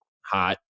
hot